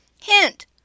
Hint